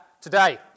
today